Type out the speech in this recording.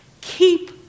keep